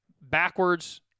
backwards